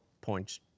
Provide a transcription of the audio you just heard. points